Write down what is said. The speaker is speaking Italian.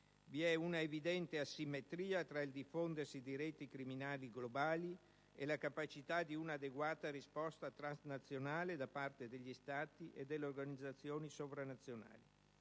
Vi è una evidente asimmetria tra il diffondersi di reti criminali globali e la capacità di un'adeguata risposta transazionale da parte degli Stati e delle organizzazioni sovranazionali.